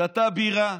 שתה בירה,